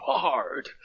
hard